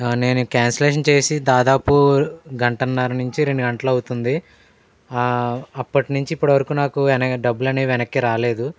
ఆ నేను క్యాన్సిలేషన్ చేసి దాదాపు గంటన్నర నుంచి రెండు గంటలు అవుతుంది అప్పటి నుంచి ఇప్పటివరకు నాకు డబ్బులు అనేది వెనక్కి రాలేదు